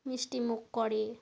মিষ্টিমুখ করে